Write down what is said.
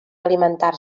alimentar